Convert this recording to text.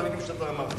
את המלים שאתה אמרת?